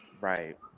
Right